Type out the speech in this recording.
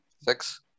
Six